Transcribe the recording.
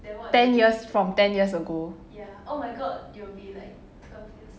ten years then what from ten years ago ya oh my god you will be like thirteen